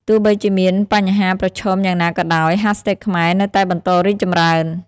ទោះបីជាមានបញ្ហាប្រឈមយ៉ាងណាក៏ដោយ ហាស់ថេកខ្មែរនៅតែបន្តរីកចម្រើន។